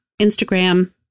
Instagram